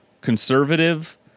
conservative